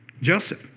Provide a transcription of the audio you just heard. Joseph